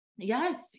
Yes